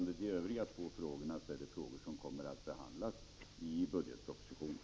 De övriga frågor Lars Ernestam ställde kommer att behandlas i budgetpropositionen.